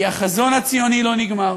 כי החזון הציוני לא נגמר,